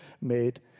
made